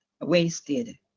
wasted